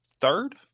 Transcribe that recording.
third